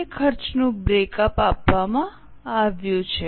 અન્ય ખર્ચનું break up આપવામાં આવ્યું છે